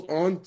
on